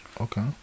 Okay